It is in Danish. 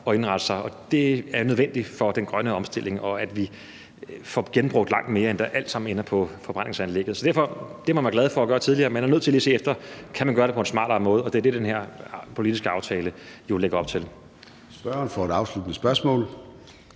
at indrette sig, og det er nødvendigt for den grønne omstilling, at vi får genbrugt langt mere, i stedet for at det alt sammen ender på forbrændingsanlægget. Man har været glad for at gøre det på en bestemt måde tidligere, men man er nødt til lige at se efter, om man kan gøre det på en smartere måde, og det er det, den her politiske aftale jo lægger op til.